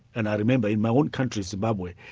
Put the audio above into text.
and i remember in my own country, zimbabwe,